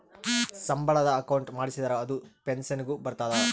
ಸಂಬಳದ ಅಕೌಂಟ್ ಮಾಡಿಸಿದರ ಅದು ಪೆನ್ಸನ್ ಗು ಬರ್ತದ